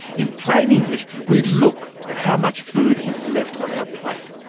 in plain english, we look at how much food is left on our plate.